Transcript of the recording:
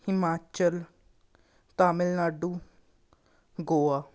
Himachal Tamil Nadu Goa